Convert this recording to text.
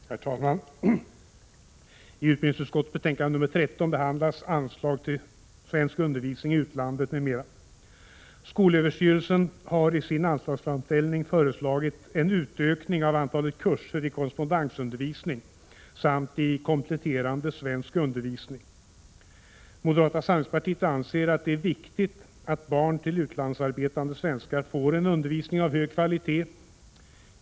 Herr talman! I utbildningsutskottets betänkande nr 13 behandlas anslag till svensk undervisning i utlandet, m.m. Skolöverstyrelsen har i sin anslagsframställning föreslagit en utökning av antalet kurser i korrespondensundervisning samt i kompletterande svensk undervisning. Moderata samlingspartiet anser att det är viktigt att barn till utlandsarbetande svenskar får en undervisning av hög kvalitet.